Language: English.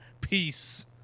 Peace